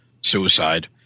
suicide